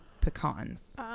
pecans